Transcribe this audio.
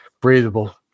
breathable